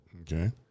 Okay